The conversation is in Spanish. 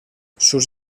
sus